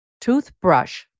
Toothbrush